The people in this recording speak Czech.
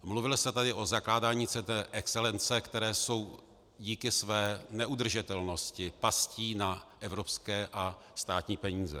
Mluvilo se tady o zakládání center excelence, která jsou díky své neudržitelností pastí na evropské a státní peníze.